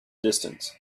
distance